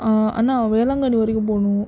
ஆ அண்ணா வேளாங்கண்ணி வரைக்கும் போகணும்